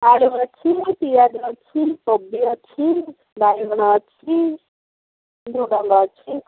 ଆଳୁ ଅଛି ପିଆଜ ଅଛି କୋବି ଅଛି ବାଇଗଣ ଅଛି ଝୁଡ଼ଙ୍ଗ ଅଛି